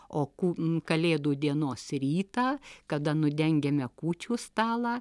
o kū kalėdų dienos rytą kada nudengiame kūčių stalą